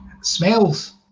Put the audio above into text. smells